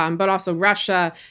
um but also russia,